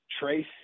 trace